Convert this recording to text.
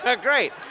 Great